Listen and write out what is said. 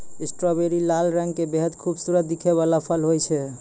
strawberry लाल रंग के बेहद खूबसूरत दिखै वाला फल होय छै